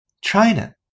China